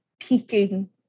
peeking